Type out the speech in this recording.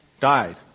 died